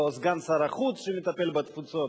או סגן שר החוץ שמטפל בתפוצות,